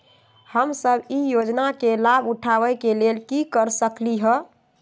हम सब ई योजना के लाभ उठावे के लेल की कर सकलि ह?